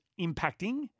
impacting